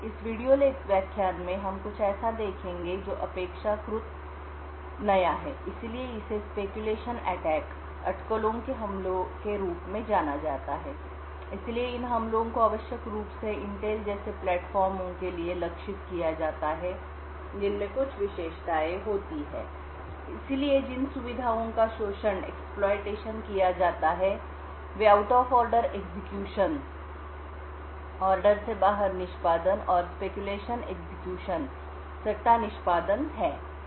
इस वीडियो व्याख्यान में हम कुछ ऐसा देखेंगे जो अपेक्षाकृत नया है इसलिए इसे स्पैक्यूलेशन अटैकअटकलों के हमलों के रूप में जाना जाता है इसलिए इन हमलों को आवश्यक रूप से इंटेल जैसे प्लेटफार्मों के लिए लक्षित किया जाता है जिनमें कुछ विशेषताएं होती हैं इसलिए जिन सुविधाओं का शोषण एक्सप्लोइटेशन किया जाता है वे आउट ऑफ ऑर्डर एग्जीक्यूशन ऑर्डर से बाहर निष्पादन और स्पैक्यूलेशन एग्जीक्यूशन सट्टा निष्पादन है